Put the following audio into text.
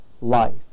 life